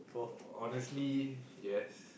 honestly yes